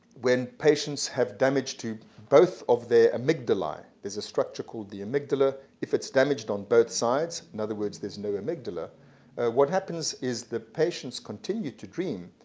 when patients have damage to both of their amygdalae there's a structure called the amygdala, if it's damaged on both sides, in other words, there's no amygdala what happens is the patients continue to dream,